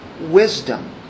wisdom